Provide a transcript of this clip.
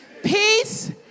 Peace